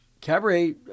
Cabaret